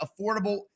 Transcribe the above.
affordable